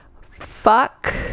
fuck